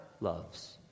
loves